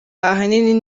ahanini